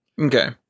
Okay